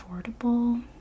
affordable